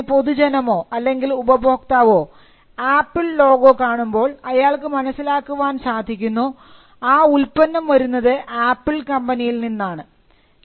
ഉദാഹരണത്തിന് പൊതുജനമോ അല്ലെങ്കിൽ ഉപഭോക്താവോ ആപ്പിൾ ലോഗോ കാണുമ്പോൾ അയാൾക്ക് മനസ്സിലാക്കാൻ സാധിക്കുന്നു ആ ഉൽപ്പന്നം വരുന്നത് ആപ്പിൾ കമ്പനിയിൽ നിന്നാണ്